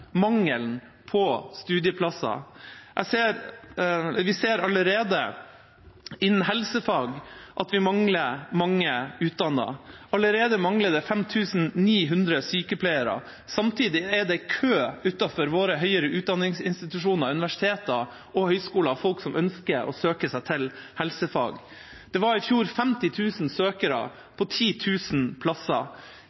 mangelen på studieplasser. Vi ser allerede innen helsefag at vi mangler mange utdannede. Allerede mangler det 5 900 sykepleiere. Samtidig er det kø utenfor våre høyere utdanningsinstitusjoner, universiteter og høyskoler av folk som ønsker å søke seg til helsefag. Det var i fjor 50 000 søkere